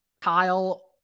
Kyle